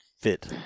fit